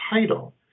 title